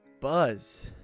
Buzz